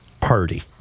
party